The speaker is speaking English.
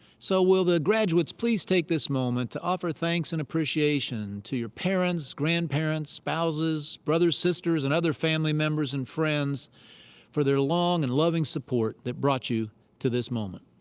so will the graduates please take this moment to offer thanks and appreciation to your parents, grandparents, spouses, brothers, sisters, and other family members and friends for their long and loving support that brought you to this moment.